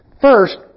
First